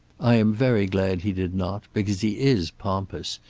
i am very glad he did not, because he is pompous,